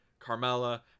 carmella